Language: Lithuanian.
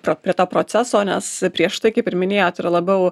pro prie to proceso nes prieš tai kaip ir minėjot yra labiau